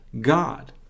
God